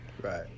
Right